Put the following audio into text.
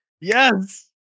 Yes